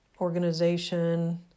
organization